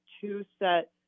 two-set